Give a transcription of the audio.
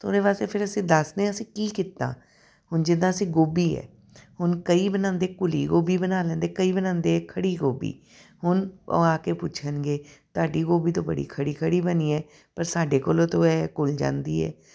ਤਾਂ ਉਹਦੇ ਵਾਸਤੇ ਫਿਰ ਅਸੀਂ ਦੱਸਦੇ ਹਾਂ ਅਸੀਂ ਕੀ ਕੀਤਾ ਹੁਣ ਜਿੱਦਾਂ ਅਸੀਂ ਗੋਭੀ ਹੈ ਹੁਣ ਕਈ ਬਣਾਉਂਦੇ ਘੁਲੀ ਗੋਭੀ ਬਣਾ ਲੈਂਦੇ ਕਈ ਬਣਾਉਂਦੇ ਖੜ੍ਹੀ ਗੋਭੀ ਹੁਣ ਉਹ ਆ ਕੇ ਪੁੱਛਣਗੇ ਤੁਹਾਡੀ ਗੋਭੀ ਤਾਂ ਬੜੀ ਖੜ੍ਹੀ ਖੜ੍ਹੀ ਬਣੀ ਹੈ ਪਰ ਸਾਡੇ ਕੋਲੋਂ ਤਾਂ ਇਹ ਘੁੱਲ ਜਾਂਦੀ ਹੈ